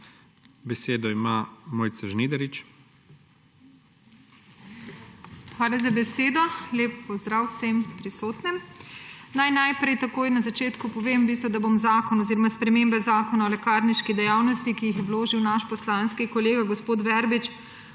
MOJCA ŽNIDARIČ (PS SMC): Hvala za besedo. Lep pozdrav vsem prisotnim! Naj najprej takoj na začetku povem, da bom v bistvu zakon oziroma spremembe Zakona o lekarniški dejavnosti, ki jih je vložil naš poslanski kolega gospod Verbič,